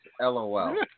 LOL